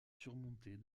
surmontée